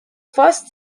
first